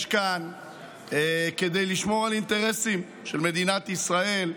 יש בה כדי לשמור על אינטרסים של מדינת ישראל,